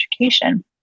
education